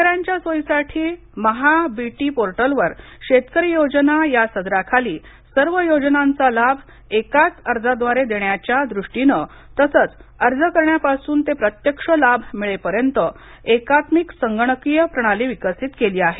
शेतकऱ्यांच्या सोयीसाठी महा डीबीटी पोर्टलवर शेतकरी योजना या सदराखाली सर्व योजनांचा लाभ एकाच अर्जाद्वारे देण्याच्या दूष्टीने तसंच अर्ज करण्यापासून ते प्रत्यक्ष लाभ मिळेपर्यंत एकात्मिक संगणकीय प्रणाली विकसित केली आहे